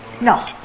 No